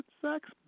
sex